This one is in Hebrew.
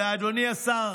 אדוני השר,